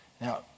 Now